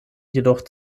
jedoch